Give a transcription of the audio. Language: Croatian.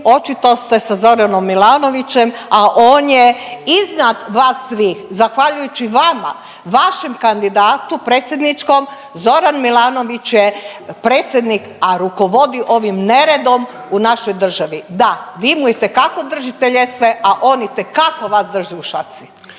očito ste sa Zoranom Milanovićem, a on je iznad vas svih. Zahvaljujući vama, vašem kandidatu predsjedničkom Zoran Milanović je predsjednik, a rukovodi ovim neredom u našoj državi. Da, vi mu itekako držite ljestve, a on itekako vas drži u šaci.